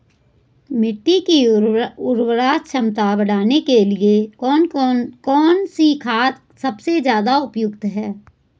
मिट्टी की उर्वरा क्षमता बढ़ाने के लिए कौन सी खाद सबसे ज़्यादा उपयुक्त है?